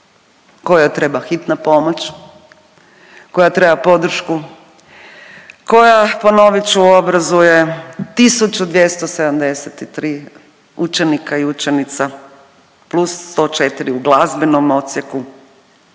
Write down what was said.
kojoj treba hitna pomoć, koja treba podršku, koja ponovit ću, obrazuje 1.273 učenika i učenica + 104 u glazbenom odsjeku,